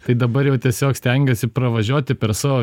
tai dabar jau tiesiog stengiuosi pravažiuoti per savo